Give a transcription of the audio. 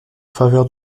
faveur